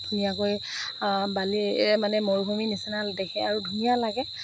ধুনীয়াকৈ বালিয়ে মানে মৰুভূমিৰ নিচিনা দেখে আৰু ধুনীয়া লাগে